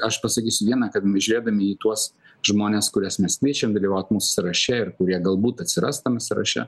aš pasakysiu vieną kad žiūrėdami į tuos žmones kuriuos mes kviečiam dalyvaut mūsų sąraše ir kurie galbūt atsiras tam sąraše